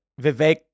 Vivek